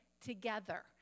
together